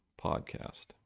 podcast